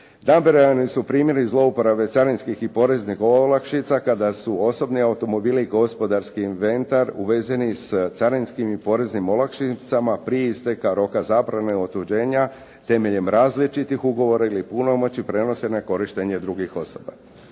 Nabrojani su primjeri zlouporabe carinskih i poreznih olakšica kada su osobni automobili i gospodarski inventar uvezeni s carinskim i poreznim olakšicama pri isteka roka zabrane otuđenja temeljem različitih ugovora ili punomoći prenose na korištenje drugih osoba.